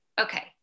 okay